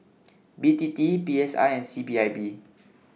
B T T P S I and C P I B